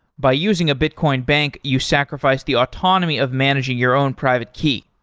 by using a bitcoin bank, you sacrifice the autonomy of managing your own private key.